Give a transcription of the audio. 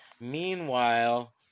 Meanwhile